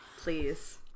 Please